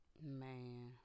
Man